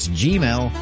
gmail